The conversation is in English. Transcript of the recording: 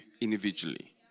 individually